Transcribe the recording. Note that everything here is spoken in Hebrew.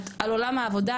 על עולם העבודה,